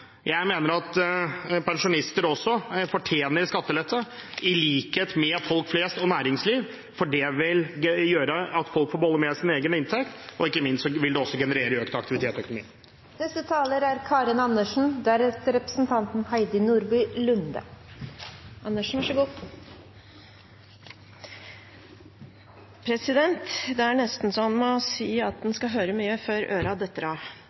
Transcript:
Jeg mener at pensjonister også fortjener skattelette, i likhet med folk flest og næringslivet. Det vil gjøre at folk får beholde mer av sin egen inntekt, og ikke minst vil det også generere økt aktivitet i økonomien. Det er nesten så en må si at en skal høre mye før ørene detter av. Først til dette